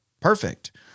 Perfect